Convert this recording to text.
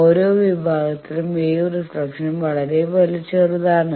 ഓരോ വിഭാഗത്തിലും wave reflection വളരെ ചെറുതാണ്